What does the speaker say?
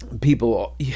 People